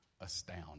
astound